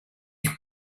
you